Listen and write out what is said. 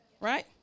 right